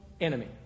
enemy